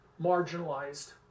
marginalized